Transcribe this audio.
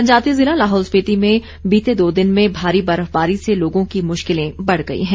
जनजातीय जिला लाहौल स्पिति में बीते दो दिन में भारी बर्फबारी से लोगों की मुश्किलें बढ़ गई हैं